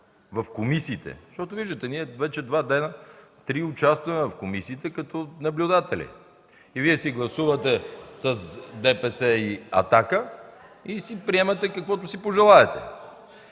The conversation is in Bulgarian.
в комисиите. Защото виждате – ние вече два-три дена участваме в комисиите като наблюдатели. Вие си гласувате с ДПС и „Атака” и си приемате каквото си пожелаете.